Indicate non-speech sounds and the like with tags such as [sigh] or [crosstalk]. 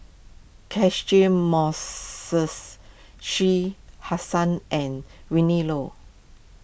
Catchick Moses [unintelligible] Hussain and Willin Low